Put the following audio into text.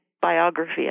biography